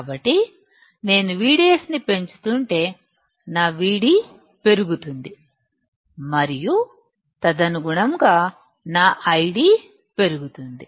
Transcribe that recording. కాబట్టి నేను VDS ని పెంచుకుంటే నా VD పెరుగుతుంది మరియు తదనుగుణంగా నా IDపెరుగుతుంది